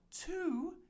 two